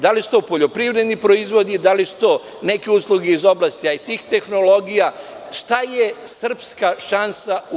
Da li su to poljoprivredni proizvodi, da li su to neke usluge iz oblasti IT tehnologija, šta je srpska šansa u EU.